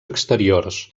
exteriors